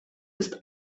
ist